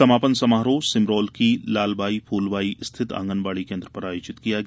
समापन समारोह सिमरोल की लालबाई फूलबाई स्थित आंगनवाड़ी केंद्र पर आयोजित किया गया